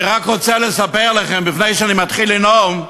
אני רק רוצה לספר לכם, לפני שאני מתחיל לנאום,